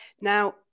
Now